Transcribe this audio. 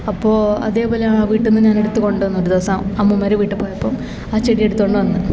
അപ്പോൾ അതേപോലെ ആ വിട്ട്ന്ന് ഞാനെടുത്ത് കൊണ്ട് വന്ന ദിവസം അമ്മൂമ്മേട വീട്ടി പോയപ്പം ആ ചെടിയെടുത്തോണ്ട് വന്ന്